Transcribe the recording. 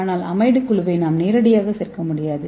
ஆனால் அமைட் குழுவை நாம் நேரடியாக சேர்க்க முடியாது